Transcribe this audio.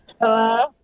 Hello